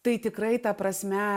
tai tikrai ta prasme